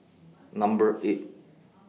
Number eight